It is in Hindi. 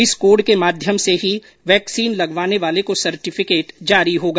इस कोड के माध्यम से ही वैक्सीन लगवाने वाले को सर्टिफिकेट जारी होगा